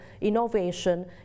innovation